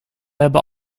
hebben